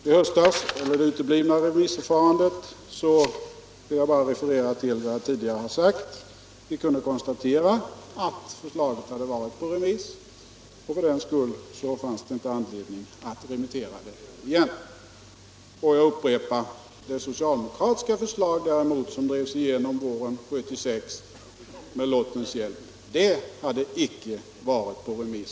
Vad gäller det uteblivna remissförfarandet i höstas vill jag bara referera till vad jag tidigare sagt. Vi kunde konstatera att förslaget hade varit ute på remiss och att det därför inte fanns anledning att remittera det igen. Jag upprepar att det socialdemokratiska förslag som drevs igenom 1976 med lottens hjälp däremot icke hade varit ute på remiss.